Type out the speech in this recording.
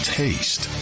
taste